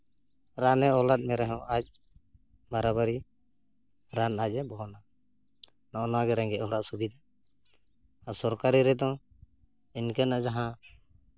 ᱨᱟᱱᱮ ᱚᱞᱟᱫ ᱢᱮ ᱨᱮᱦᱚᱸ ᱟᱡ ᱵᱟᱨᱟ ᱵᱟᱹᱨᱤ ᱨᱟᱱ ᱟᱡ ᱮ ᱵᱚᱦᱚᱱᱟ ᱱᱚᱜᱼᱚᱭᱱᱟ ᱜᱮ ᱨᱮᱸᱜᱮᱡ ᱦᱚᱲᱟᱜ ᱥᱩᱵᱤᱫᱷᱟ ᱟᱨ ᱥᱚᱨᱠᱟᱨᱤ ᱨᱮᱫᱚ ᱤᱱᱠᱟᱹᱱᱟᱜ ᱡᱟᱦᱟᱸ